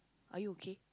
are you okay